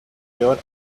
your